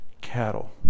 cattle